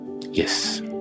Yes